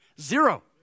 Zero